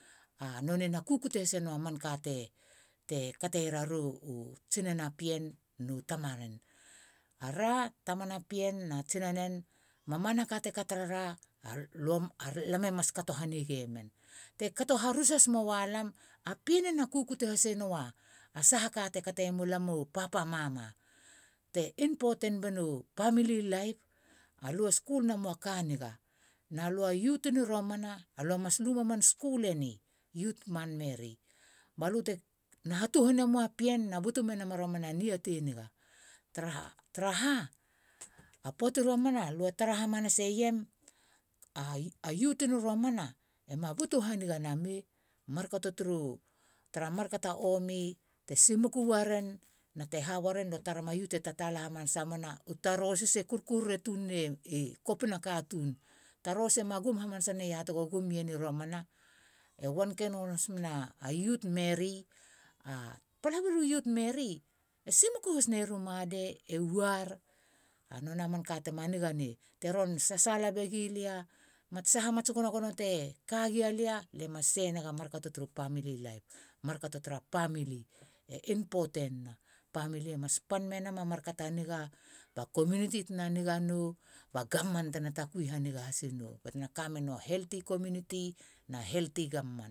A nonei na kukute hasenou a manka te kateierara u tsinana pien no tamaren. ara tamana pien na tsinanen mamanaka te katoa lam e mas kato hanigemen. te kato harus has moa lam. a pien e na kukute hasenoua sahaka te kateiemulam. u papa mama. te important bena pamili laip. alue skul nemua ka niga. nalua youth tini romana alue mas luma man skul eni youth man meri balutena hatuhana mua pien na butu menama niatei a niga. tara ha a poati romana re tara hamanasere a youth ni romana e ma butu haniga namei. mar kato omi te simuku waren na te. waren lue tarem a youth e tatala hamanasa mena tarosis kurkurere tuni kopina katun. tarosis ema gum hamanasa neia tego gum ien i romana. e waanken gono hasmena youth meri. palabiru youth meri e simuku has naier u ma- de na wa- r. a nonei a manka tema niga nei teron sasala begilia mats saha mats gono gono te kagialia. lie mas share nega markato turu pamili laip. mar kato tara pamili impotenina. pamili e mas pan meier a mar kato a niga ba community tena na niga rou ba gavman tena takui haniga has nou batena kamenoua healthy community na healthy gavman.